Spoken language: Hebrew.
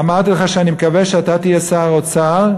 אמרתי לך שאני מקווה שאתה תהיה שר האוצר,